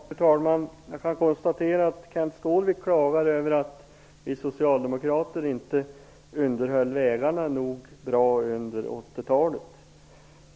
Fru talman! Jag kan konstatera att Kenth Skårvik klagar över att vi socialdemokrater inte underhöll vägarna tillräckligt bra under 80-talet.